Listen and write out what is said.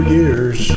years